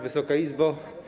Wysoka Izbo!